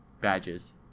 badges